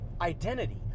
identity